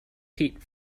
peat